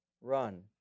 run